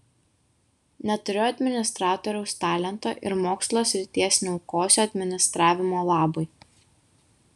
neturiu administratoriaus talento ir mokslo srities neaukosiu administravimo labui